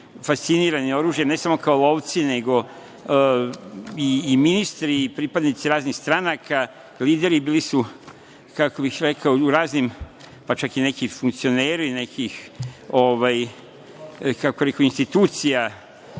fascinirani oružjem, ne samo kao lovci, nego i ministri i pripadnici raznih stranaka, lideri, bili su, kako bih rekao, u raznim, pa čak i nekim funkcioneri nekih institucija,